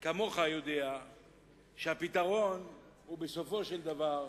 יודע כמוך שהפתרון הוא, בסופו של דבר,